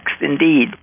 indeed